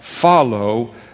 follow